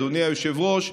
אדוני היושב-ראש,